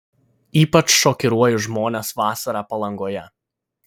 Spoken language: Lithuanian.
ypač šokiruoju žmones vasarą palangoje